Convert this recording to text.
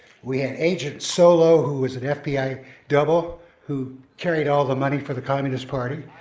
we had agent solo, who was an fbi double who carried all the money for the communist party.